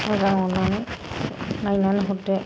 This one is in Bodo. मोजां अननानै नायनानै हरदो